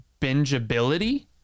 bingeability